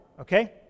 okay